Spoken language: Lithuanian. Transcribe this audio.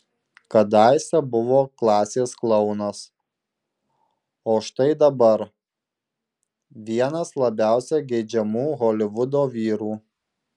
kadaise buvo klasės klounas o štai dabar vienas labiausiai geidžiamų holivudo vyrų